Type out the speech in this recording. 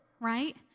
right